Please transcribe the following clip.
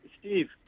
Steve